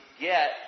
get